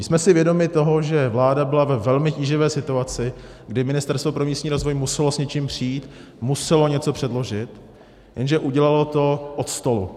Jsme si vědomi toho, že vláda byla ve velmi tíživé situaci, kdy Ministerstvo pro místní rozvoj muselo s něčím přijít, muselo něco předložit, jenže udělalo to od stolu.